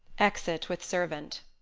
exit with servant